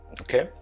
okay